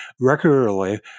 regularly